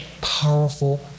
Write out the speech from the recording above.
powerful